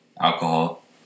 alcohol